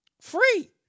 Free